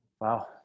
wow